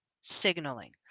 signaling